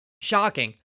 Shocking